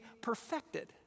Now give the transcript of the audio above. perfected